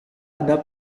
ada